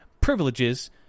privileges